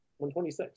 126